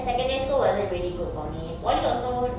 secondary school wasn't really good for me poly also